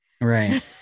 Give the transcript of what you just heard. Right